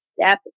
step